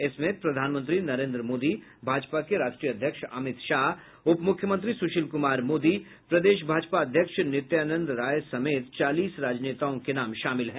इसमें प्रधानमंत्री नरेन्द्र मोदी भाजपा के राष्ट्रीय अध्यक्ष अमित शाह उपमुख्यमंत्री सुशील कुमार मोदी प्रदेश भाजपा अध्यक्ष नित्यानंद राय समेत चालीस राजनेता के नाम शामिल है